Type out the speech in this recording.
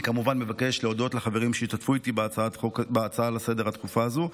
אני כמובן מבקש להודות לחברים שהשתתפו איתי בהצעה לסדר-היום הדחופה הזו,